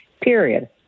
period